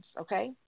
okay